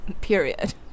Period